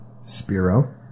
Spiro